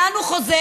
לאן הוא חוזר?